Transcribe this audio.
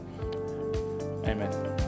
Amen